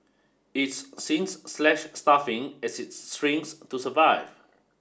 it's since slashed staffing as it shrinks to survive